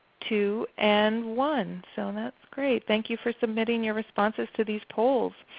two, and one. so that's great. thank you for submitting your responses to these polls.